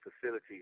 facility